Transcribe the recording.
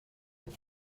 but